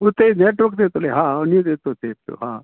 हा